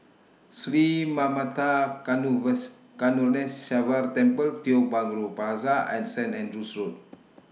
Sri Manmatha Karuneshvarar Temple Tiong Bahru Plaza and Saint Andrew's Road